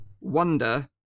Wonder